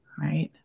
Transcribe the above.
Right